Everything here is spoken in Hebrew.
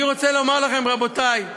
אני רוצה לומר לכם: רבותי,